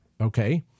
okay